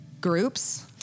groups